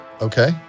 Okay